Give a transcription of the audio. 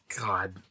God